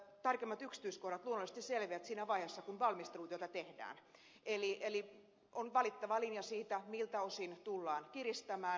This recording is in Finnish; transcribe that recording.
tarkemmat yksityiskohdat luonnollisesti selviävät siinä vaiheessa kun valmistelutyötä tehdään eli on valittava linja siitä miltä osin tullaan kiristämään